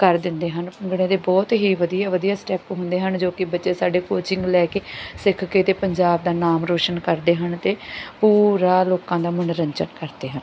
ਕਰ ਦਿੰਦੇ ਹਨ ਭੰਗੜੇ ਦੇ ਬਹੁਤ ਹੀ ਵਧੀਆ ਵਧੀਆ ਸਟੈਪ ਹੁੰਦੇ ਹਨ ਜੋ ਕਿ ਬੱਚੇ ਸਾਡੇ ਕੋਚਿੰਗ ਲੈ ਕੇ ਸਿੱਖ ਕੇ ਅਤੇ ਪੰਜਾਬ ਦਾ ਨਾਮ ਰੋਸ਼ਨ ਕਰਦੇ ਹਨ ਅਤੇ ਪੂਰਾ ਲੋਕਾਂ ਦਾ ਮਨੋਰੰਜਨ ਕਰਦੇ ਹਨ